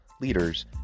leaders